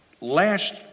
Last